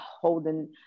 holding